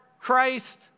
Christ